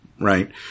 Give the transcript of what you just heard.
right